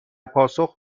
پاسخ